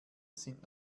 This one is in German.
sind